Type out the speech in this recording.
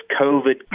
COVID